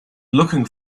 looking